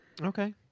Okay